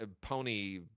pony